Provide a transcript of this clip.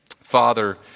Father